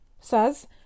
Says